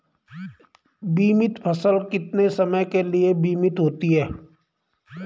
बीमित फसल कितने समय के लिए बीमित होती है?